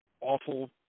awful